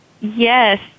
yes